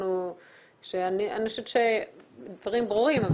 ואני חושבת שהדברים ברורים,